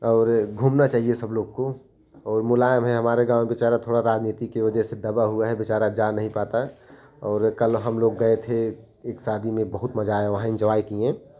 और घूमना चाहिए सब लोग को और मुलायम है हमारे गाँव की बेचारा थोड़ा राजनीती के वजह से दबा हुआ है बेचारा जा नहीं पाता और कल हम लोग गए थे एक शादी में बहुत मज़ा आया वहाँ एन्जॉय किए